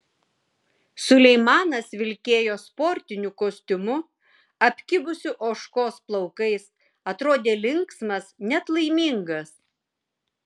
suleimanas vilkėjo sportiniu kostiumu apkibusiu ožkos plaukais atrodė linksmas net laimingas